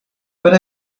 but